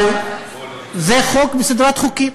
אבל זה חוק מסדרת חוקים,